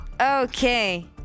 Okay